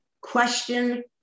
question